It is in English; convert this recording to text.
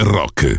rock